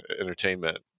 entertainment